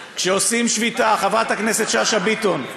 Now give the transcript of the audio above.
חברת הכנסת שאשא ביטון,